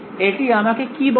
এটি আমাকে কি বলে